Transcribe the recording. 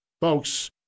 Folks